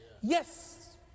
Yes